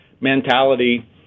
mentality